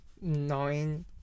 nine